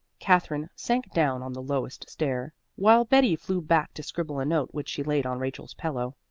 katherine sank down on the lowest stair, while betty flew back to scribble a note which she laid on rachel's pillow.